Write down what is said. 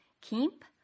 Keep